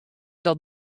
dat